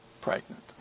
pregnant